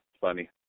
Funny